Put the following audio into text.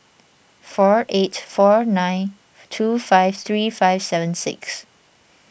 four eight four nine two five three five seven six